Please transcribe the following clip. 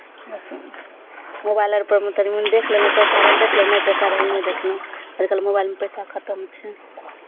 इएहसभ मोबाइल अर परमे तनि मनि देख लेलहुँ पैसा रहल देखलहुँ नहि पैसा रहल नहि देखलहुँ आइ काल्हि मोबाइलमे पैसा खतम छै